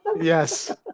Yes